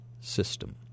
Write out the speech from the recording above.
system